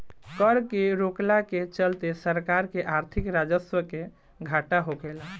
कर के रोकला के चलते सरकार के आर्थिक राजस्व के घाटा होखेला